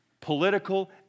political